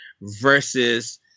versus